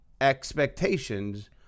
expectations